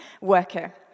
worker